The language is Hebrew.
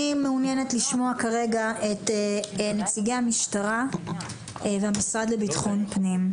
אני מעוניינת לשמוע כרגע את נציגי המשטרה והמשרד לביטחון הפנים.